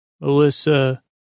Melissa